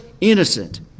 innocent